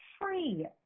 free